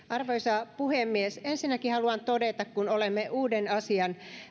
arvoisa puhemies ensinnäkin haluan todeta kun olemme uuden asian